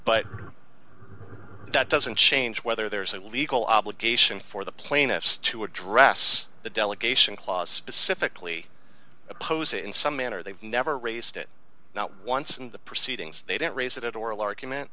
but that doesn't change whether there's a legal obligation for the plaintiffs to address the delegation clause specifically oppose it in some manner they've never raised it not once in the proceedings they didn't raise it at oral argument